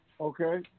okay